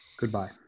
Goodbye